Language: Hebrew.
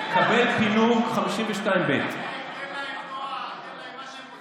קבל פינוק, 52ב. תן להם כוח, תן להם מה שהם רוצים.